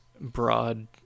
broad